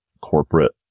corporate